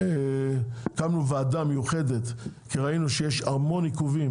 הקמנו ועדה מיוחדת כי ראינו שיש המון עיכובים